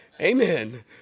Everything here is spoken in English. Amen